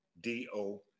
D-O